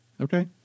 Okay